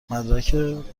مدرک